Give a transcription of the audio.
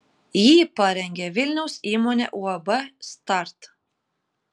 jį parengė vilniaus įmonė uab start